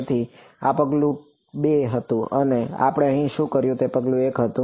તેથી આ પગલું 2 હતું અને આપણે અહીં શું કર્યું તે પગલું 1 હતું